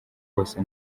wose